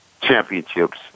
championships